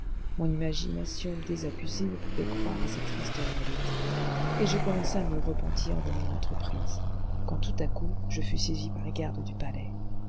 mon imagination désabusée ne pouvait croire à cette triste réalité et je commençais à me repentir de mon entreprise quand tout à coup je fus saisi par les gardes du palais